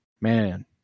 man